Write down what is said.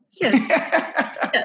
yes